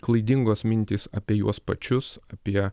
klaidingos mintys apie juos pačius apie